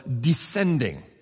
descending